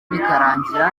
bikarangira